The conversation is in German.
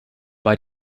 bei